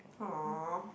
!aww!